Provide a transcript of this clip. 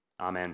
Amen